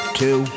two